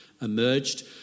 emerged